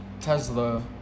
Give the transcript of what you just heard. Tesla